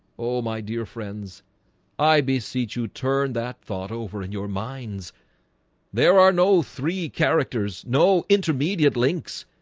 oh my dear friends i beseech you turn that thought over in your minds there are no three characters. no intermediate links.